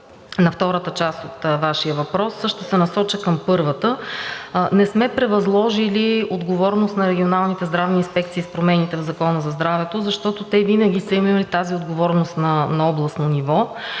на втората част от Вашия въпрос, ще се насоча към първата. Не сме превъзложили отговорност на регионалните здравни инспекции с промените в Закона за здравето, защото те винаги са имали тази отговорност на областно ниво.